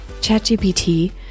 ChatGPT